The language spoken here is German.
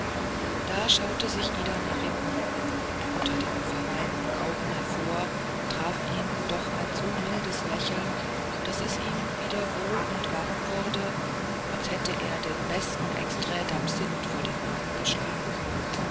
da schaute sich ida nach ihm um unter den verweinten augen hervor traf ihn doch ein so mildes lächeln daß es ihm wieder wohl und warm wurde als hätte er den besten extrait d'absinthe vor den magen geschlagen